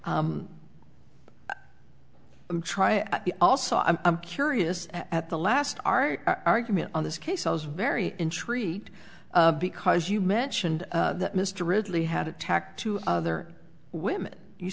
trying also i'm curious at the last art argument on this case i was very intrigued because you mentioned that mr ridley had attacked two other women you